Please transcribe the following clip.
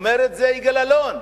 אומר את זה יגאל אלון,